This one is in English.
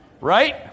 Right